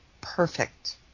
perfect